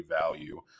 value